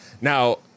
Now